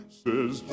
says